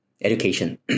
education